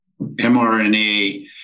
mRNA